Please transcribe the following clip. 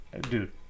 Dude